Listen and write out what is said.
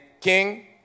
king